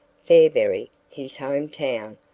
fairberry, his home town,